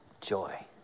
joy